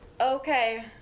okay